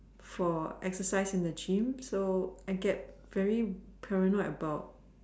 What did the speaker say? for exercise in the gym so I get very paranoid about